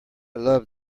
love